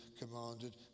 commanded